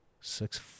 six